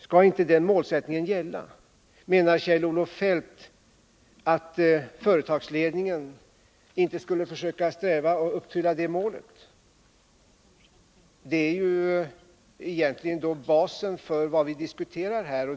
Skall inte den målsättningen gälla? Menar Kjell-Olof Feldt att 18 december 1979 företagsledningen inte skall sträva efter att uppfylla det målet? Det är nämligen basen för vad vi diskuterar här.